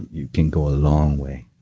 you can go a long way